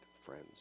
friends